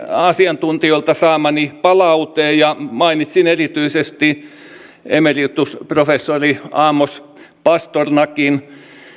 asiantuntijoilta saamani palaute ja mainitsin erityisesti emeritusprofessori amos pasternackin